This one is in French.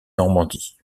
normandie